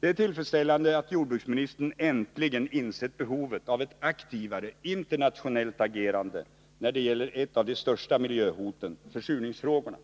Det är tillfredsställande att jordbruksministern äntligen insett behovet av ett aktivare internationellt agerande när det gäller ett av de största miljöhoten, försurningsfrågorna.